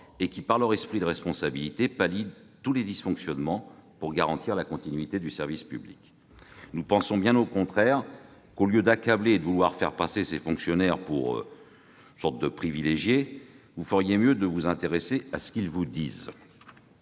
et qui, par leur esprit de responsabilité, pallient tous les dysfonctionnements pour garantir la continuité du service public. Nous pensons bien au contraire qu'au lieu d'accabler et de vouloir faire passer ces fonctionnaires pour des sortes de privilégiés, vous feriez mieux de vous intéresser à ce qu'ils vous disent.